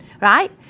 Right